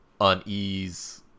unease